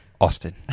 Austin